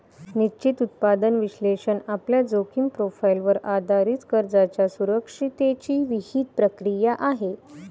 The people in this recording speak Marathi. निश्चित उत्पन्न विश्लेषण आपल्या जोखीम प्रोफाइलवर आधारित कर्जाच्या सुरक्षिततेची विहित प्रक्रिया आहे